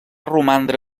romandre